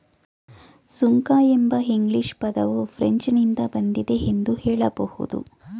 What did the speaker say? ಸುಂಕ ಎಂಬ ಇಂಗ್ಲಿಷ್ ಪದವು ಫ್ರೆಂಚ್ ನಿಂದ ಬಂದಿದೆ ಎಂದು ಹೇಳಬಹುದು